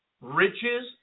riches